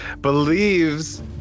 believes